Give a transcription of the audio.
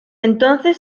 entonces